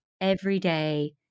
everyday